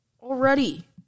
already